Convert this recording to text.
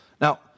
Now